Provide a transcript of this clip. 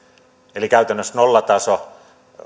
eli käytännössä nollataso